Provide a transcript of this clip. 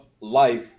life